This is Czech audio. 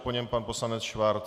Po něm pan poslanec Schwarz.